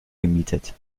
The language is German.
gemietet